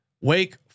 wake